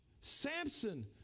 Samson